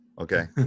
Okay